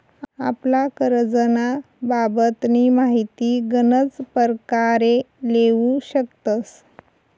आपला करजंना बाबतनी माहिती गनच परकारे लेवू शकतस